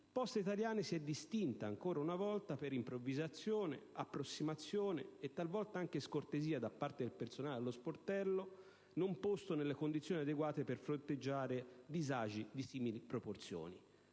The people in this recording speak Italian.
Poste italiane si sia distinta ancora una volta per improvvisazione, approssimazione e talvolta anche scortesia da parte del personale allo sportello, non posto nelle condizioni adeguate a fronteggiare disagi di simili proporzioni: